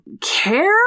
care